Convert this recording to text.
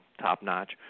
top-notch